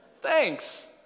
thanks